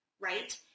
Right